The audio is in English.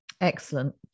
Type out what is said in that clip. Excellent